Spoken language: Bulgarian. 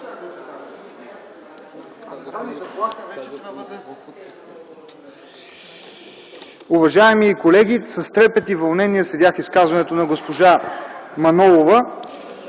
Уважаеми колеги! С трепет и вълнение следях изказването на госпожа Манолова.